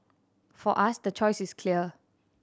for us the choice is clear